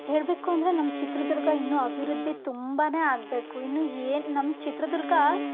ಹೇಳಬೇಕು ಅಂದರೆ ನಮ್ಮ ಚಿತ್ರದುರ್ಗ ಇನ್ನೂ ಅಭಿವೃದ್ಧಿ ತುಂಬಾ ಆಗಬೇಕು ಇನ್ನೂ ಏನು ನಮ್ಮ ಚಿತ್ರದುರ್ಗ